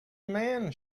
man